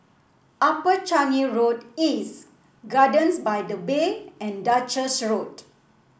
Upper Changi Road East Gardens by the Bay and Duchess Road